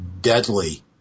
deadly